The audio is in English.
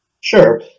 sure